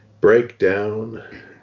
Breakdown